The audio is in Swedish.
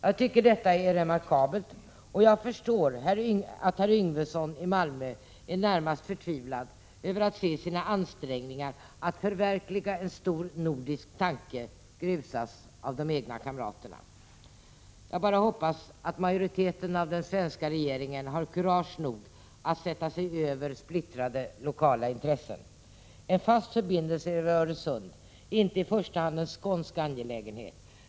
Jag tycker att detta är ytterst remarkabelt, och jag förstår att herr Yngvesson i Malmö är närmast förtvivlad över att se sina ansträngningar att förverkliga en stor nordisk tanke grusas av de egna kamraterna. Jag bara hoppas att majoriteten av den svenska regeringen har kurage nog att sätta sig över splittrade lokala intressen. En fast förbindelse över Öresund är inte i första hand en skånsk angelägenhet.